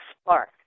spark